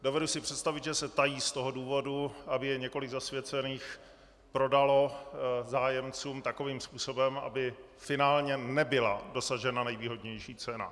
Dovedu si představit, že se tají z toho důvodu, aby je několik zasvěcených prodalo zájemcům takovým způsobem, aby finálně nebyla dosažena nejvýhodnější cena.